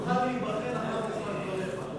ואוכל להיבחן אחר כך על דבריך.